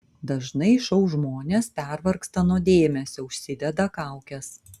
dažnai šou žmonės pervargsta nuo dėmesio užsideda kaukes